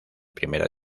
primera